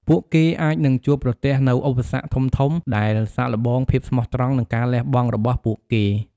ពួកគេអាចនឹងជួបប្រទះនូវ ឧបសគ្គធំៗ ដែលសាកល្បងភាពស្មោះត្រង់ និងការលះបង់របស់ពួកគេ។